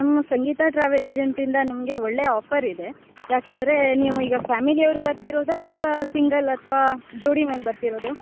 ನಮ್ಮ Sangeetha travel agent ಇಂದ ನಿಮಗೆ ಒಳ್ಳೆ ಆಫರ್ ಇದೆ ಯಾಕಂದರೆ ನೀವು ಈಗ ಫ್ಯಾಮಿಲಿ ಅವರು ಬರ್ತಿರೋದ ಅಥ್ವಾ ಸಿಂಗಲ್ ಅಥ್ವಾ ಜೋಡಿ ಮೇಲೆ ಬರ್ತಿರೋದ